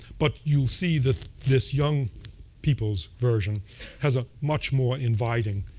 but you'll see that this young people's version has a much more inviting,